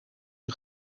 een